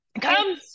Come